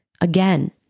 Again